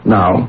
now